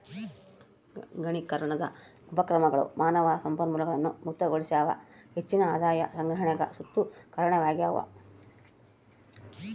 ಗಣಕೀಕರಣದ ಉಪಕ್ರಮಗಳು ಮಾನವ ಸಂಪನ್ಮೂಲಗಳನ್ನು ಮುಕ್ತಗೊಳಿಸ್ಯಾವ ಹೆಚ್ಚಿನ ಆದಾಯ ಸಂಗ್ರಹಣೆಗ್ ಸುತ ಕಾರಣವಾಗ್ಯವ